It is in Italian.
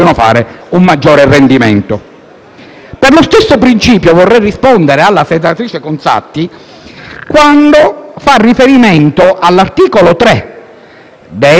Per lo stesso principio, vorrei rispondere alla senatrice Conzatti quando fa riferimento all'articolo 3 del decreto-legge,